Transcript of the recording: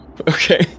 Okay